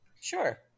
sure